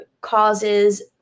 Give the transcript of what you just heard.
causes